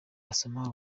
wasoma